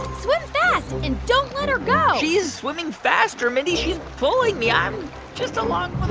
swim fast and don't let her go she's swimming faster, mindy. she's pulling me. i'm just along